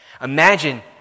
Imagine